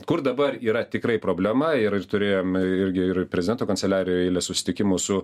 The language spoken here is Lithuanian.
kur dabar yra tikrai problema ir ir turėjom irgi ir prezidento kanceliarijoj eilę susitikimų su